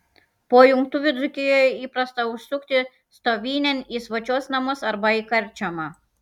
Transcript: po jungtuvių dzūkijoje įprasta užsukti stovynėn į svočios namus arba į karčiamą